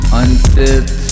unfit